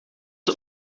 het